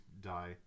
die